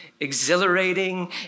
exhilarating